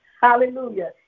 Hallelujah